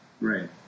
Right